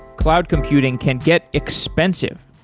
cloud computing can get expensive.